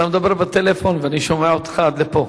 אתה מדבר בטלפון, ואני שומע אותך עד לפה.